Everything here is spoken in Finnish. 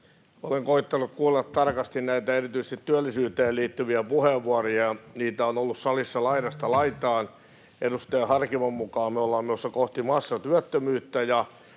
Olen koettanut kuunnella tarkasti näitä erityisesti työllisyyteen liittyviä puheenvuoroja, ja niitä on ollut salissa laidasta laitaan. Edustaja Harkimon mukaan me ollaan menossa kohti massatyöttömyyttä,